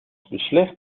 beslecht